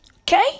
Okay